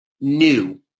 new